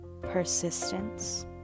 Persistence